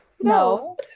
No